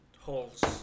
holes